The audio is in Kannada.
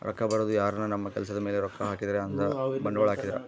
ರೊಕ್ಕ ಬರೋದು ಯಾರನ ನಮ್ ಕೆಲ್ಸದ್ ಮೇಲೆ ರೊಕ್ಕ ಹಾಕಿದ್ರೆ ಅಂದ್ರ ಬಂಡವಾಳ ಹಾಕಿದ್ರ